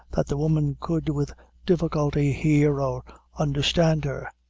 that the woman could with difficulty hear or understand her.